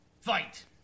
fight